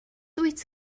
wyt